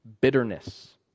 bitterness